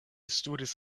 studis